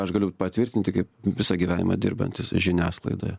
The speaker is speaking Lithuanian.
aš galiu patvirtinti kaip visą gyvenimą dirbantys žiniasklaidoje